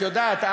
את יודעת,